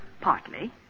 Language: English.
Partly